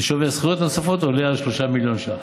ושווי הזכויות הנוספות עולה על 3 מיליון ש"ח.